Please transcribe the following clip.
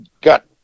got